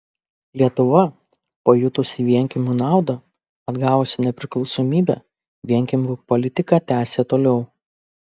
lietuva pajutusi vienkiemių naudą atgavusi nepriklausomybę vienkiemių politiką tęsė toliau